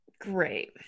Great